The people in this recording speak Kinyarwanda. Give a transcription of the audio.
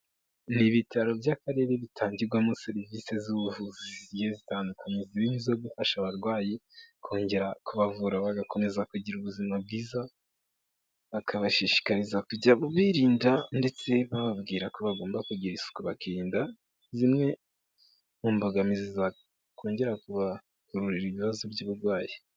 Ni ibitaro by'akarere bitangirwamo serivisi z'ubuvuzi zigiye zitandukanye, zirimo izo gufasha abarwayi, kongera kubavura bagakomeza kugira ubuzima bwiza, bakabashishikariza kujya birinda ndetse bababwira ko bagomba kugira isuku, bakirinda zimwe mu mbogamizi zakongera kubakururira ibibazo by'uburwayi.